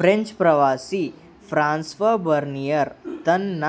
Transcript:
French ಪ್ರವಾಸಿ Francois Bernier ತನ್ನ